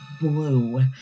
blue